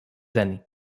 années